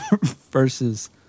versus